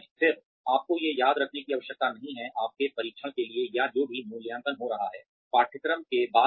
फिर आपको ये याद रखने की आवश्यकता नहीं है आपके परीक्षण के लिए या जो भी मूल्यांकन हो रहा है पाठ्यक्रम के बाद में